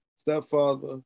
Stepfather